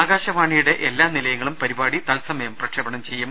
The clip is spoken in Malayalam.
ആകാശവാണിയുടെ എല്ലാ നിലയങ്ങളും പരിപാടി തത്സമയം പ്രക്ഷേപണം ചെയ്യും